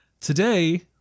today